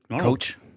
Coach